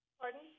Pardon